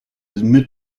into